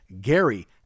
gary